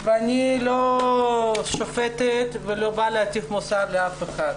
אני לא שופטת ולא באה להטיף מוסר לאף אחד.